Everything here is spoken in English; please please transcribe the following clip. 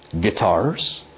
guitars